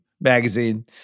magazine